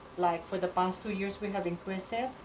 like for the past two years we have increased it,